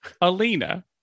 Alina